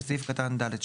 של סעיף קטן (ד2),